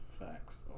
facts